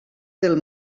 del